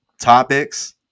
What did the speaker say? topics